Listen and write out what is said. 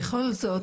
בכל זאת,